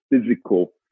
physical